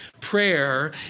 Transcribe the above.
prayer